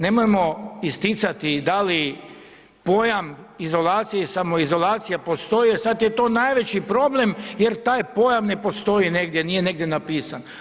Nemojmo isticati da li pojam izolacije ili samoizolacije postoje, sad je to najveći problem jer taj pojam ne postoji negdje, nije negdje napisan.